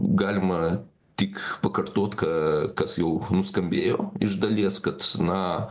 galima tik pakartot ką kas jau nuskambėjo iš dalies kad na